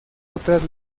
otras